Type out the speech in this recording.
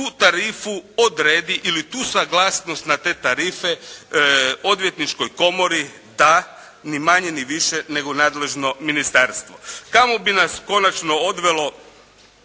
tu tarifu odredi ili tu suglasnost na te tarife Odvjetničkoj komori da ni manje ni više nego nadležno ministarstvo. Kamo bi nas konačno odvelo